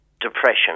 Depression